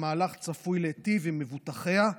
המהלך צפוי להיטיב עם מבוטחיה.